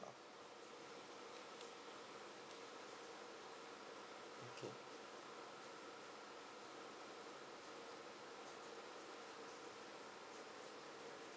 okay